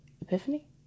Epiphany